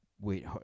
wait